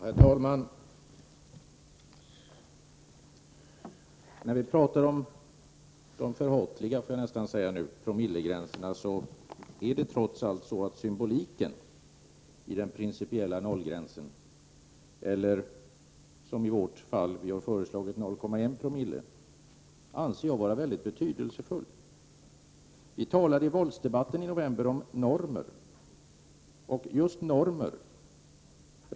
Herr talman! Vi talar nu om de nästan förhatliga promillegränserna. Jag anser att symboliken i den principiella nollgränsen, eller 0,1 900 som miljöpartiet har föreslagit, är mycket betydelsefull. I den våldsdebatt som fördes i november månad förra året talade vi om normer.